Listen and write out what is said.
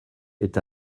est